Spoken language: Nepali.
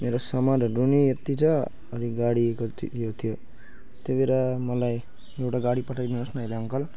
मेरो सामानहरू पनि यति छ अनि गाडीको त्यो यो त्यो त्यही भएर मलाई एउटा गाडी पठाइदिनु होस् न है ल अङ्कल